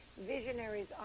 visionaries